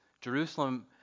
Jerusalem